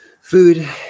food